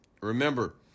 remember